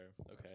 okay